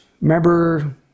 remember